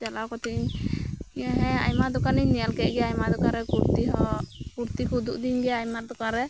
ᱪᱟᱞᱟᱣ ᱠᱟᱛᱮᱫ ᱤᱧ ᱦᱮᱸ ᱟᱭᱢᱟ ᱫᱚᱠᱟᱱ ᱤᱧ ᱧᱮᱞ ᱠᱮᱫᱜᱮᱭᱟ ᱟᱭᱢᱟ ᱫᱚᱠᱟᱱ ᱨᱮ ᱠᱩᱲᱛᱤᱦᱚᱸ ᱠᱩᱲᱛᱤ ᱠᱩ ᱩᱫᱩᱜ ᱟᱹᱫᱤᱧ ᱜᱮᱭᱟ ᱟᱭᱢᱟ ᱫᱚᱠᱟᱱ ᱨᱮ